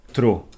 True